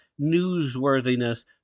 newsworthiness